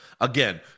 Again